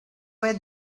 were